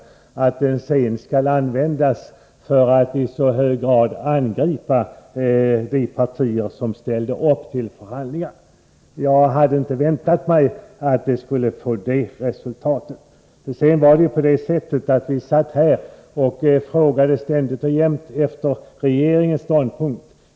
Jag är mycket förvånad över att detta sedan används till att i så hög grad angripa de partier som ställde upp till förhandlingar. Jag hade inte väntat mig något sådant. Faktum är att vi satt här och frågade ständigt och jämt efter regeringens ståndpunkt.